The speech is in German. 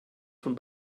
von